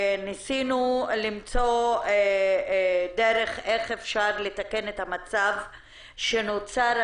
ניסינו למצוא דרך לתקן את המצב הזה שנוצר,